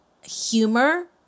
humor